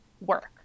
work